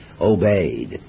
obeyed